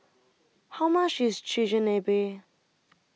How much IS Chigenabe